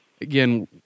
again